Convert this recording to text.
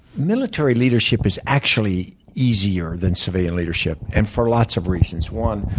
military leadership is actually easier than civilian leadership, and for lots of reasons. one,